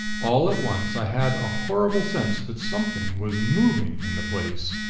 all at once, i had a horrible sense that something was moving in the place.